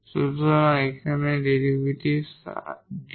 সুতরাং এটি এখানে ডেরিভেটিভ 𝑑𝐼